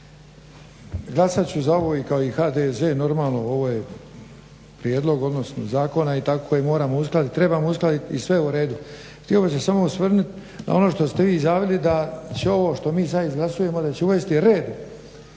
Glasat ću za ovo kao i HDZ normalno ovo je prijedlog odnosno zakona i tako ga moramo uskladiti, trebamo uskladiti i sve u redu. Htio bih se samo osvrnut na ono što ste vi zaveli ćemo ono što mi sad izglasujemo da će uvesti red